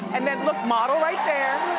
and then look, model right there.